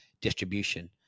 distribution